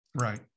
Right